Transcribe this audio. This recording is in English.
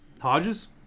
Hodges